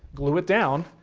glue it down,